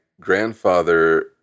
grandfather